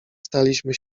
staliśmy